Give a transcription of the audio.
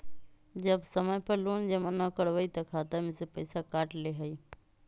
जब समय पर लोन जमा न करवई तब खाता में से पईसा काट लेहई?